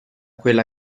quella